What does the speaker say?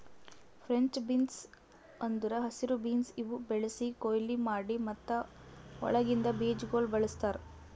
French beans ಅಂದುರ್ ಹಸಿರು beans ಇವು ಬೆಳಿಸಿ, ಕೊಯ್ಲಿ ಮಾಡಿ ಮತ್ತ ಒಳಗಿಂದ್ ಬೀಜಗೊಳ್ ಬಳ್ಸತಾರ್